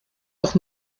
doch